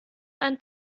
ein